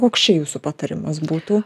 koks čia jūsų patarimas būtų